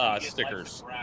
stickers